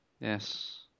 Yes